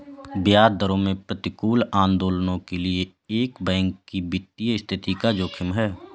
ब्याज दरों में प्रतिकूल आंदोलनों के लिए एक बैंक की वित्तीय स्थिति का जोखिम है